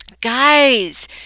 Guys